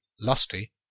lusty